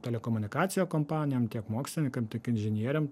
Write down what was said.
telekomunikacija kompanijom tiek mokslininkam tiek inžinieriam